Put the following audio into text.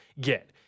get